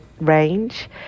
range